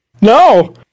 No